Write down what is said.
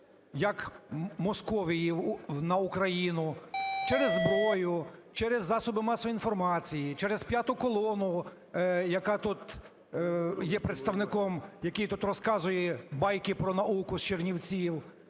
як Московії на Україну через зброю, через засоби масової інформації, через "п'яту колону", яка тут є представником… який тут розказує байки про науки з Чернівців,